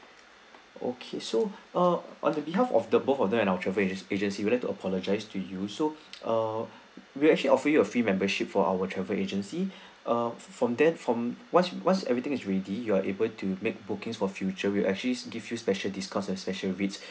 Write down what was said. okay so uh on the behalf of the both of them and our travel agency we would like to apologize to you so uh we actually offer you a free membership for our travel agency uh from there from once once everything is ready you are able to make bookings for future will actually give you special discounts and special rates